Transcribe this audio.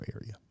area